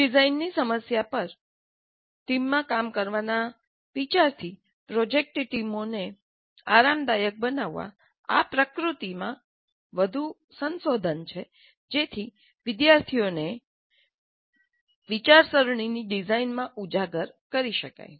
ડિઝાઇનની સમસ્યા પર ટીમમાં કામ કરવાના વિચારથી પ્રોજેક્ટ ટીમોને આરામદાયક બનાવવા આ પ્રકૃતિમાં વધુ સંશોધન છે જેથી વિદ્યાર્થીઓને ડિઝાઇન ની વિચારસરણી માં ઉજાગર કરી શકાય